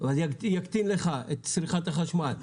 וזה יקטין לך את צריכת החשמל.